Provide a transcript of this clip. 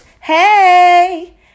hey